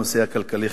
הנושא הכלכלי-חברתי.